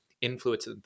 influence